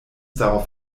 darauf